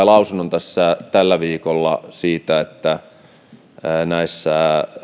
lausunnon tällä viikolla siitä että näissä